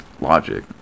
Logic